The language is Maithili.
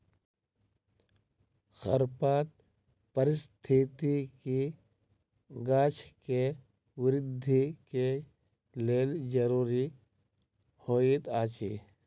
खरपात पारिस्थितिकी गाछ के वृद्धि के लेल ज़रूरी होइत अछि